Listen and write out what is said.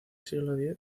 siglo